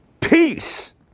peace